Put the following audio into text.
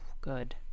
Good